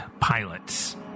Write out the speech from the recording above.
pilots